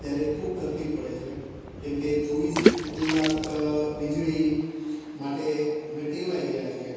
ત્યારે ખૂબ તકલીફ પડે છે કેમ કે ચોવીસ કલાક વીજળી માટે અમે ટેવાઈ ગયા છીએ